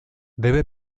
debe